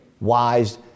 wise